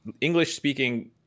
English-speaking